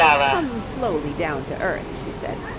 come slowly down to earth, she said.